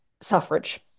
suffrage